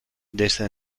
desde